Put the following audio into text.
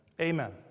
Amen